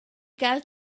gael